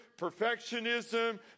perfectionism